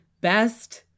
best